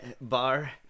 bar